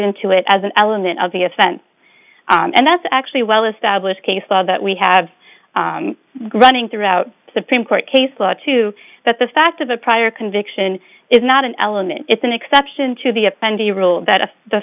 into it as an element of the offense and that's actually well established case law that we have running throughout supreme court case law to that the fact of the prior conviction is not an element it's an exception to the offender you rule that of the